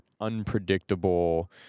unpredictable